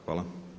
Hvala.